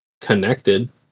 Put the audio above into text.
connected